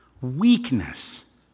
weakness